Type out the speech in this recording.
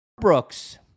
Brooks